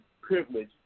privilege